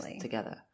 together